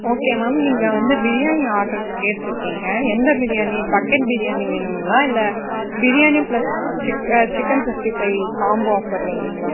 okay ma'am நீங்கள் வந்து biryani order கேட்ருக்கீங்க எந்த பிரியாணி பக்கெட் பிரியாணி வேணுங்களா இல்லை biryani plus chick chicken sixty five combo offer வேணுங்களா